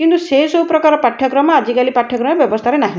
କିନ୍ତୁ ସେ ସବୁ ପ୍ରକାର ପାଠ୍ୟକ୍ରମ ଆଜିକାଲି ପାଠ୍ୟକ୍ରମ ବ୍ୟବସ୍ତାରେ ନାହିଁ